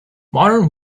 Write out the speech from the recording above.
modern